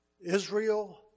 Israel